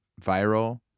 viral